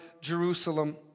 Jerusalem